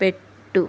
పెట్టు